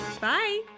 Bye